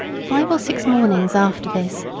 five or six mornings after this,